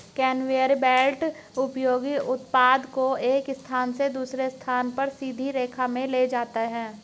conveyor belt उपयोगी उत्पाद को एक स्थान से दूसरे स्थान पर सीधी रेखा में ले जाता है